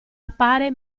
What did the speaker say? appare